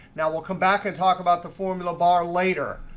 now we'll come back and talk about the formula bar later.